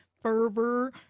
fervor